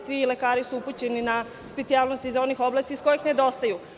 Svi lekari su upućeni na specijalizaciju za one oblasti iz kojih nedostaju.